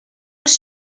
most